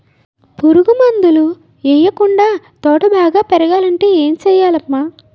పురుగు మందులు యెయ్యకుండా తోట బాగా పెరగాలంటే ఏ సెయ్యాలమ్మా